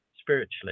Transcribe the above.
spiritually